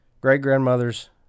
great-grandmothers